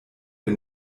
der